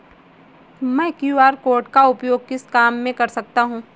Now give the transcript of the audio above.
मैं QR code का उपयोग किस काम में कर सकता हूं?